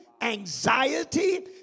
anxiety